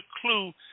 clue